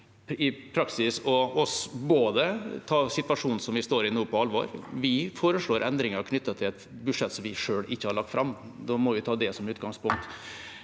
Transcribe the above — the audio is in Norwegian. i praksis handler om å ta situasjonen vi står i nå, på alvor. Vi foreslår endringer knyttet til et budsjett som vi ikke selv har lagt fram. Da må vi ta det som utgangspunkt.